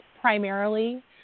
primarily